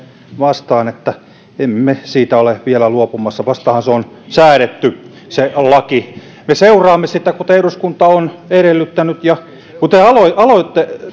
vastaan että emme siitä ole vielä luopumassa vastahan se on säädetty se laki me seuraamme sitä kuten eduskunta on edellyttänyt kun te aloititte tämän